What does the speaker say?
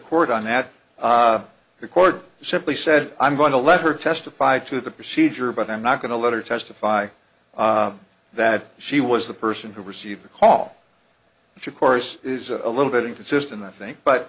court on that record simply said i'm going to let her testify to the procedure but i'm not going to let her testify that she was the person who received the call which of course is a little bit inconsistent i think but